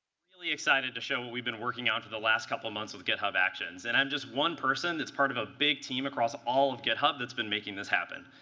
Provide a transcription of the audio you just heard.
really excited to show what we've been working on for the last couple of months with github actions. and i'm just one person that's part of a big team across all of github that's been making this happen.